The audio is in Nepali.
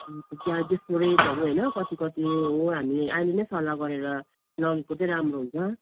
हुन्छ त्यहाँ त्यसको रेटहरू होइन कति कति हो हामी अहिले नै सल्लाह गरेर लगेको चाहिँ राम्रो हुन्छ